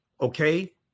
Okay